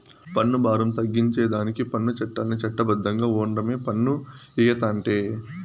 పన్ను బారం తగ్గించేదానికి పన్ను చట్టాల్ని చట్ట బద్ధంగా ఓండమే పన్ను ఎగేతంటే